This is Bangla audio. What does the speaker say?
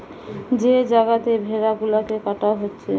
যে জাগাতে ভেড়া গুলাকে কাটা হচ্ছে